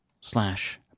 slash